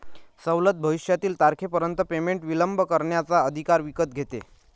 सवलत भविष्यातील तारखेपर्यंत पेमेंट विलंब करण्याचा अधिकार विकत घेते